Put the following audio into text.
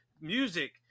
music